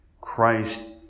Christ